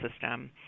system